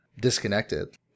disconnected